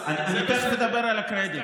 נצטרך לדבר על הקרדיט.